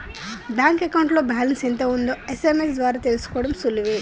bank అకౌంట్లో balance ఎంత ఉందో ఎస్.ఎం.ఎస్ ద్వారా తెలుసుకోడం సులువే